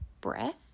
breath